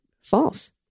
false